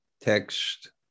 Text